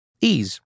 Ease